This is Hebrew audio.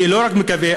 אני לא רק מקווה,